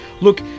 look